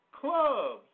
Clubs